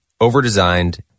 overdesigned